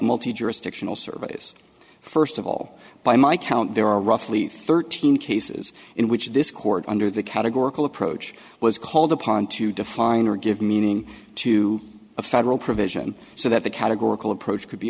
multi jurisdictional service first of all by my count there are roughly thirteen cases in which this court under the categorical approach was called upon to define or give meaning to a federal provision so that the categorical approach could be